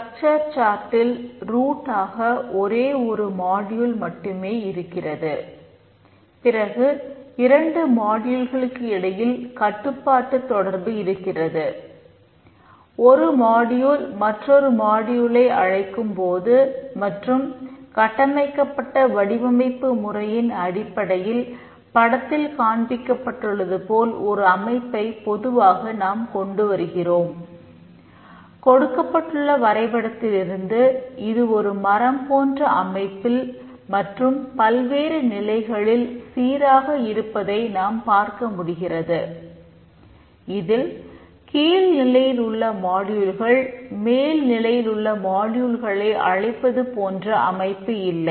structure சார்ட்டில் அழைப்பது போன்ற அமைப்பு இல்லை